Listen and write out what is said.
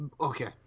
okay